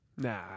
Nah